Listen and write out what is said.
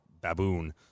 baboon